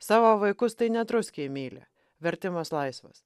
savo vaikus tai net ruskiai myli vertimas laisvas